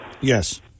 Yes